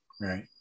Right